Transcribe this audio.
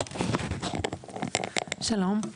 שלום.